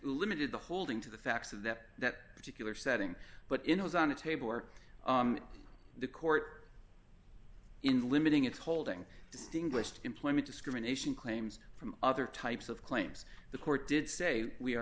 limited the holding to the facts of that that particular setting but it was on the table or the court in limiting its holding distinguished employment discrimination claims from other types of claims the court did say we are